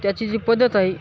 त्याची जी पद्धत आहे